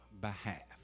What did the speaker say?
behalf